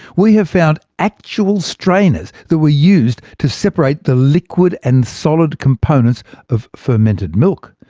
we've found actual strainers that were used to separate the liquid and solid components of fermented milk.